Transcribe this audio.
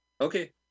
Okay